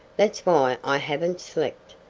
that's why i haven't slept.